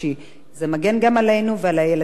זה מגן גם עלינו ועל הילדים הבאים,